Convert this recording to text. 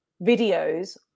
videos